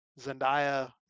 Zendaya